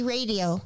Radio